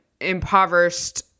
impoverished